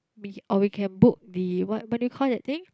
we or we can book the what what do you call that thing